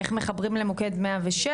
איך מחברים למוקד 106,